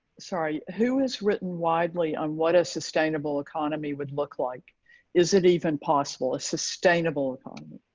sorry who has written widely on what a sustainable economy would look like is it even possible a sustainable economy? a